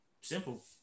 Simple